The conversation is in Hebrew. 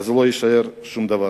לא יישאר שום דבר.